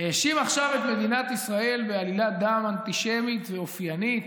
האשים עכשיו את מדינת ישראל בעלילת דם אנטישמית ואופיינית